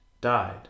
died